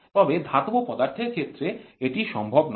তবে ধাতব পদার্থের ক্ষেত্রে এটি সম্ভব নয়